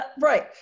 Right